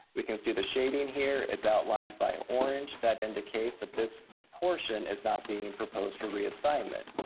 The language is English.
we can see the shading here, it's outlined by orange. that indicates that this portion is not being proposed for reassignment.